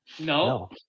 no